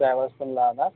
travels पण लागणार